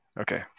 Okay